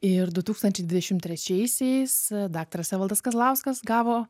ir du tūkstančiai dvidešimt trečiaisiais daktaras evaldas kazlauskas gavo